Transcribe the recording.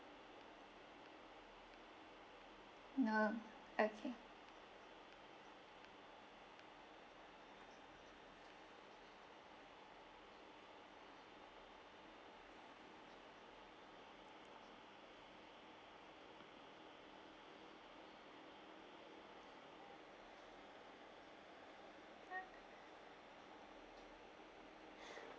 no okay